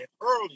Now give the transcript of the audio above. early